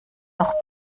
noch